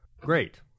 Great